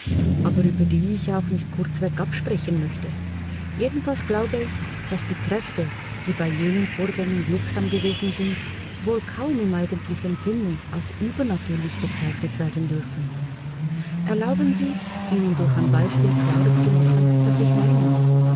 aber über die ich auch nicht kurzweg absprechen möchte jedenfalls glaube ich daß die kräfte die bei jenen vorgängen wirksam gewesen sind wohl kaum im eigentlichen sinne als übernatürlich bezeichnet werden dürfen erlauben sie ihnen durch ein beispiel klarer zu machen was ich meine